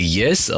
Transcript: yes